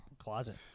closet